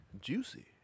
Juicy